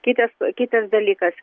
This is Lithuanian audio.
kitas kitas dalykas